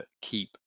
keep